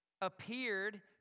appeared